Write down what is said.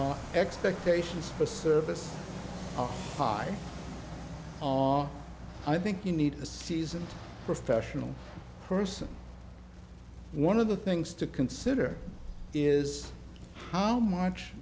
town expectations for service hard on i think you need a seasoned professional person one of the things to consider is how much